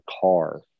car